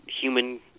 human